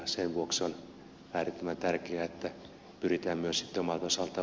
sen vuoksi on äärettömän tärkeää että pyritään myös omalta osalta